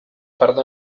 pardo